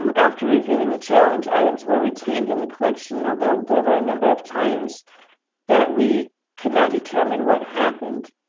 um after reviewing the challenge, items were retained in the collection, although there were a number of times that we could not determine what happened.